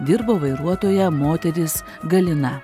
dirbo vairuotoja moteris galina